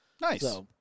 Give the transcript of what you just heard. Nice